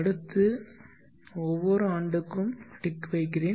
அடுத்து ஒவ்வொரு ஆண்டுக்கும் டிக் வைக்கிறேன்